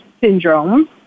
syndrome